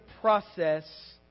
process